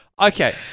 okay